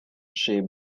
chez